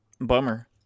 Bummer